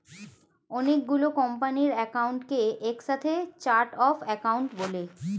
অনেক গুলো কোম্পানির অ্যাকাউন্টকে একসাথে চার্ট অফ অ্যাকাউন্ট বলে